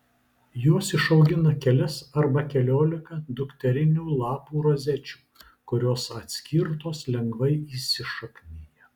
jos išaugina kelias arba keliolika dukterinių lapų rozečių kurios atskirtos lengvai įsišaknija